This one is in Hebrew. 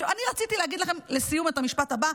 רציתי להגיד לכם לסיום את המשפט הבא: